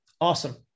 Awesome